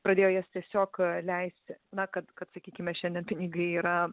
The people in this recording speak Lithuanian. pradėjo jas tiesiog leisti na kad kad sakykime šiandien pinigai yra